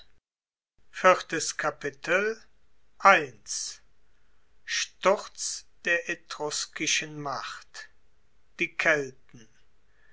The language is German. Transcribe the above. sturz der etruskischen macht die kelten